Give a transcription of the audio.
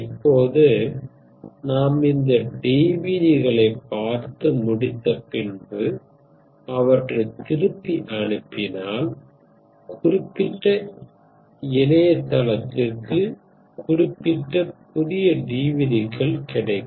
இப்போது நாம் இந்த DVD களைப் பார்த்து முடித்த பின்பு அவற்றைத் திருப்பி அனுப்பினால் குறிப்பிட்ட இணையதளத்திற்குக் குறிப்பிட்ட புதிய DVD கள் கிடைக்கும்